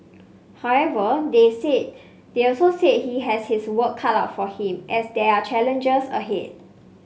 however they said they also said he has his work cut out for him as there are challenges ahead